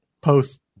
post